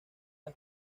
las